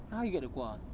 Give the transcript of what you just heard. how you get the kuah ah